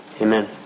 amen